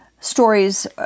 Stories